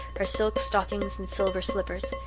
her silk stockings and silver slippers.